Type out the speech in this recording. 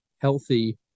healthy